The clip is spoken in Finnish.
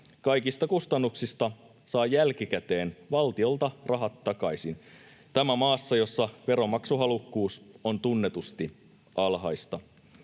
kaikista kustannuksista saa jälkikäteen valtiolta rahat takaisin — tämä maassa, jossa veronmaksuhalukkuus on tunnetusti alhaista.